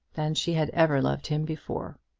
than she had ever loved him before.